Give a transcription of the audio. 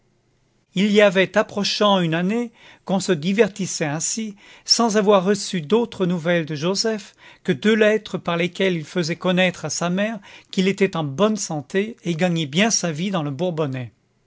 il y avait approchant une année qu'on se divertissait ainsi sans avoir reçu d'autres nouvelles de joseph que deux lettres par lesquelles il faisait connaître à sa mère qu'il était en bonne santé et gagnait bien sa vie dans le bourbonnais